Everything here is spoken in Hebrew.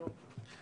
טוב.